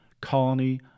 colony